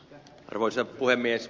arvoisa puhemies